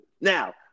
now